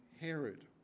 Herod